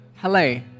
Hello